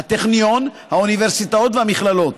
הטכניון, האוניברסיטאות והמכללות.